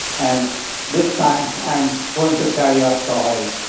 and this time, i'm going to tell you a story.